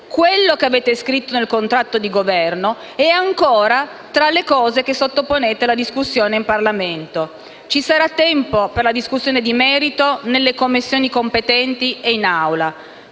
quello che avete scritto nel contratto di Governo e le questioni che sottoponete alla discussione in Parlamento. Ci sarà tempo per la discussione di merito nelle Commissioni competenti e in Aula,